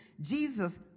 Jesus